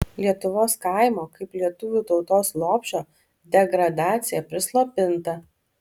lietuvos kaimo kaip lietuvių tautos lopšio degradacija prislopinta